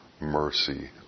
mercy